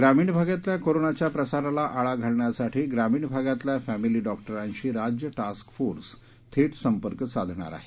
ग्रामीण भागातल्या कोरोनाच्या प्रसाराला आळा घालण्यासाठी ग्रामीण भागातल्या फॅमिली डॉक्टरांशी राज्य टास्क फोर्स थेट संपर्क साधणार आहे